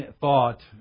thought